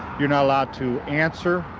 you're not allowed to answer,